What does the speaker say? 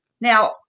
now